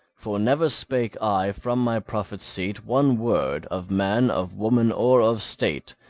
for never spake i from my prophet-seat one word, of man, of woman, or of state,